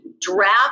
draft